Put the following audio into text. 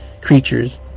creatures